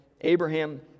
Abraham